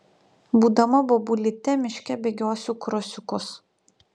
būdama bobulyte miške bėgiosiu krosiukus